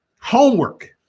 Homework